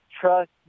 trust